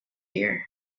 here